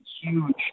huge